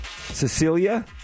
Cecilia